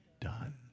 done